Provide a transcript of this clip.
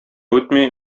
үтми